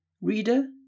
Reader